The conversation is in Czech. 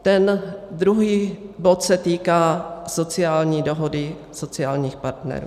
Ten druhý bod se týká sociální dohody sociálních partnerů.